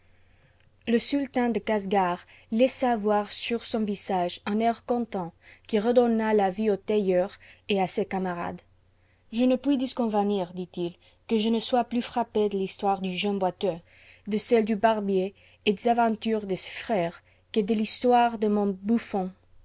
le sultan de casgar laissa voir sur son visage un air content qui redonna la vie au tailleur et à ses camarades je ne puis disconvenir ditil que je ne sois plus frappé de l'histoire du jeune boiteux de celle du barbier et des aventures de ses u'ëres que de l'histoire de mon bouffon